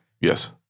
Yes